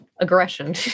Aggression